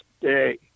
day